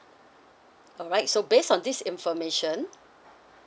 all right so based on this information